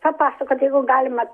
papasakot jeigu galima